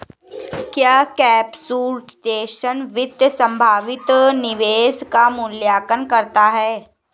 क्या कंप्यूटेशनल वित्त संभावित निवेश का मूल्यांकन करता है?